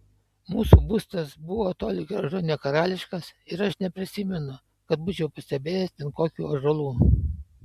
mūsų būstas buvo toli gražu ne karališkas ir aš neprisimenu kad būčiau pastebėjęs ten kokių ąžuolų